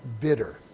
bitter